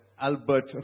Albert